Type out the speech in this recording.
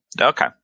okay